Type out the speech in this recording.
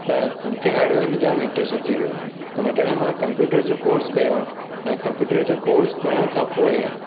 त मूंखे हाडवेयर में जाम इंट्र्स्ट अची वियो त ॿ टाइम मां कंप्यूटर जो कोर्स कयो ऐं कंप्यूटर जा कोर्स करण खां पोइ